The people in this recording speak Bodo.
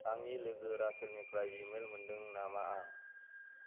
आंनि लोगो राचेलनिफ्राय इमेल मोन्दों नामा आं